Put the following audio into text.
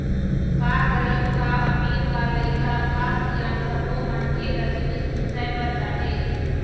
का गरीब का अमीर, का लइका का सियान सब्बो मनखे ल जिनिस बिसाए बर जाथे